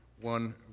one